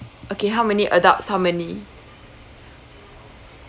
okay how many adults how many